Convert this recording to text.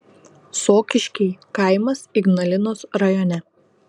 sokiškiai kaimas ignalinos rajone